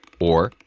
or,